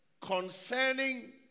concerning